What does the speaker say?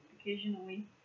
occasionally